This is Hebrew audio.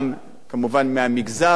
מסייע להם ביום-יום,